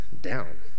down